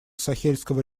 сахельского